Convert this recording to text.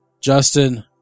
Justin